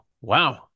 wow